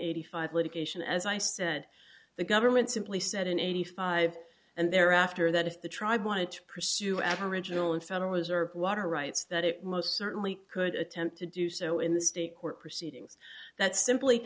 eighty five litigation as i said the government simply said in eighty five and thereafter that if the tribe wanted to pursue aboriginal and federal reserve water rights that it most certainly could attempt to do so in the state court proceedings that simply